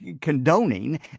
condoning